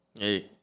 hey